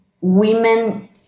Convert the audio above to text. women